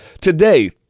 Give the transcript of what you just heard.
today